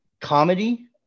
comedy